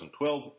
2012